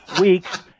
Weeks